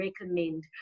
recommend